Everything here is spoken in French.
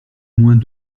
moins